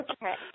Okay